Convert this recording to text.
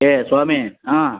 ಏ ಸ್ವಾಮಿ ಹಾಂ